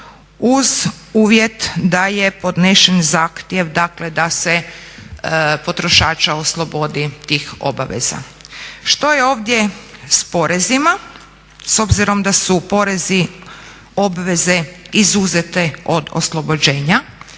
uz uvjet da je podnesen zahtjev, dakle da se potrošača oslobodi tih obaveza. Što je ovdje s porezima s obzirom da su porezi obveze izuzete od oslobođenja,